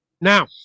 Now